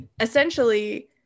essentially